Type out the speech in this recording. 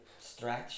stretch